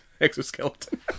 exoskeleton